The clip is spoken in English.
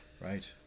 Right